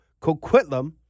Coquitlam